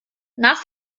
nach